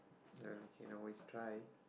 well we can always try